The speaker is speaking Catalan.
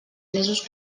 mesos